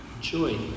joy